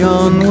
on